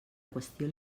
qüestió